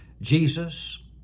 Jesus